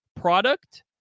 product